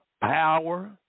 power